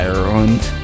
Ireland